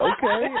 Okay